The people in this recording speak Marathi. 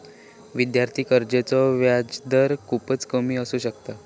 विद्यार्थी कर्जाचो व्याजदर खूपच कमी असू शकता